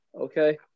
Okay